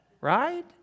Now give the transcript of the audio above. Right